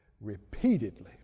repeatedly